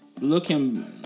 looking